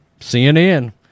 CNN